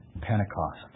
Pentecost